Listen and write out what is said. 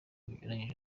bunyuranyije